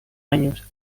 años